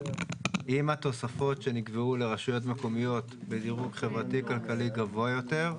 עם התוספות שנקבעו לרשויות מקומיות בדירוג חברתי כלכלי גבוה יותר,